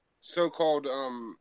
so-called